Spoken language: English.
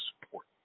support